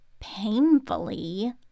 painfully